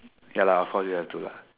ya lah of course you have to